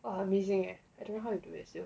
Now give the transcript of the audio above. !wah! amazing eh I don't know how you do it [siol]